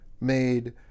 made